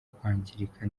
kwangirika